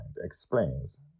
explains